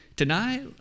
Tonight